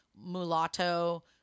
mulatto